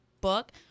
book